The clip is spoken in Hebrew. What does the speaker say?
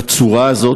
בצורה הזאת,